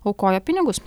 aukojo pinigus